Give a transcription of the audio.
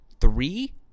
Three